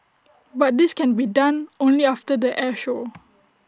but this can be done only after the air show